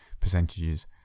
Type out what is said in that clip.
percentages